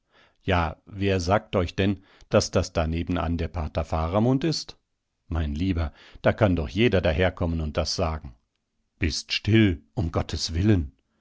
ja wer sagt euch denn daß das da nebenan der pater faramund ist mein lieber da kann doch jeder daherkommen und das sagen bist still um gottes willen